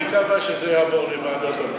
מי קבע שזה יעבור לוועדת הפנים?